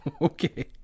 Okay